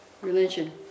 religion